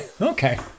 Okay